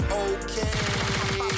okay